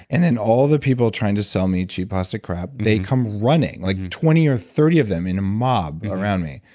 and then all the people are trying to sell me cheap plastic crap. they come running like twenty or thirty of them in a mob around me.